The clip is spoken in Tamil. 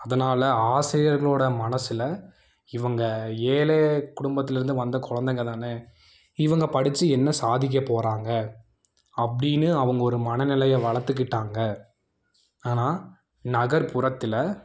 அதனால் ஆசிரியர்களோடய மனதில் ஏழை குடும்பத்திலேருந்து வந்த கொழந்தைங்க தானே இவங்க படிச்சு என்ன சாதிக்க போகிறாங்க அப்படின்னு அவங்க ஒரு மனநிலையை வளர்த்துக்கிட்டாங்க ஆனால் நகர்ப்புறத்தில்